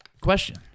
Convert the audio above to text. question